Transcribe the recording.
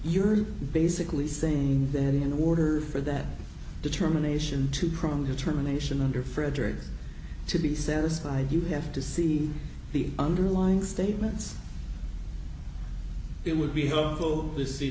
you're basically saying that in order for that determination to prompt the terminations under frederick to be satisfied you have to see the underlying statements you would be go to see